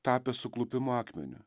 tapęs suklupimo akmeniu